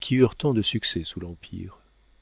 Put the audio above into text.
qui eurent tant de succès sous l'empire